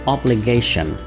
Obligation